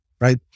right